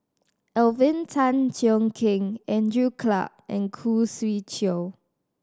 Alvin Tan Cheong Kheng Andrew Clarke and Khoo Swee Chiow